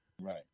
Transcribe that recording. Right